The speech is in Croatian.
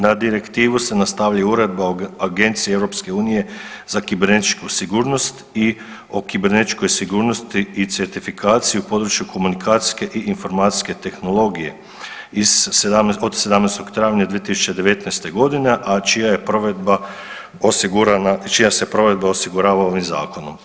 Na direktivu se nastavlja i Uredba o Agenciji EU za kibernetičku sigurnost i o kibernetičkoj sigurnosti i certifikaciju u području komunikacijske i informacijske tehnologije iz, od 17. travnja 2019. godine, a čija je provedba osigurana, čija se provedba osigurava ovim zakonom.